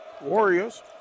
Warriors